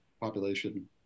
population